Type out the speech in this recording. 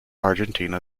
argentina